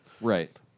Right